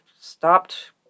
stopped